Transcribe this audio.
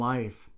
Life